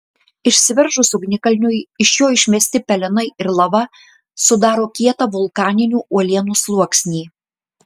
išsiveržus ugnikalniui iš jo išmesti pelenai ir lava sudaro kietą vulkaninių uolienų sluoksnį